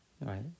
Right